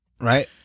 right